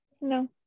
No